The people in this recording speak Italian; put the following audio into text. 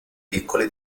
piccole